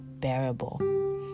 bearable